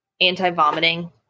anti-vomiting